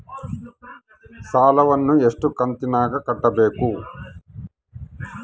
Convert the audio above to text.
ಸಾಲವನ್ನ ಎಷ್ಟು ಕಂತಿನಾಗ ಕಟ್ಟಬೇಕು?